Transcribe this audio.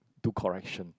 do correction